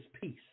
peace